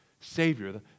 Savior